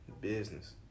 business